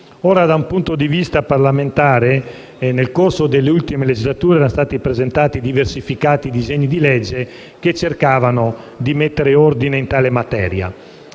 Da un punto di vista parlamentare, nel corso delle ultime legislature erano stati presentati diversificati disegni di legge che cercavano di mettere ordine in tale materia.